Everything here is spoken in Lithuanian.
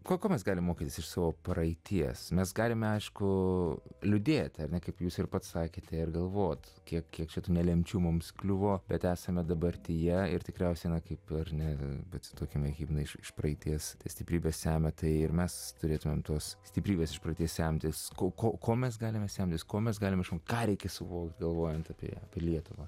kokių mes galime mokytis iš savo praeities mes galime aišku liūdėti ar ne kaip jūs ir pats sakėte ir galvoti kiek šitų nelemtų mums kliuvo bet esame dabartyje ir tikriausiai kaip ir ne bet tokiame himną iš praeities stiprybę semia tai ir mes turėtumėm tos stiprybės iš praeities semtis ko ko mes galime semtis ko mes galime ką reikia suvokti galvojant apie lietuvą